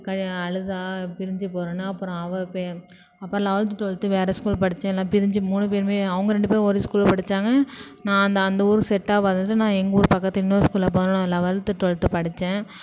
கல் அழுதாள் பிரிஞ்சு போறோம்னு அப்புறம் அவள் பெ அப்புறம் லெவல்த்து ட்வெல்த்து வேறு ஸ்கூல் படித்தேன் எல்லாம் பிரிஞ்சு மூணு பேருமே அவங்க ரெண்டு பேரும் ஒரு ஸ்கூல்ல படிச்சாங்க நான் அந்த அந்த ஊர் செட்டாகாதுன்ட்டு நான் எங்கள் ஊர் பக்கத்தில் இன்னொரு ஸ்கூல்ல பதினொன்றாவது லெவல்த்து ட்வெல்த்து படித்தேன்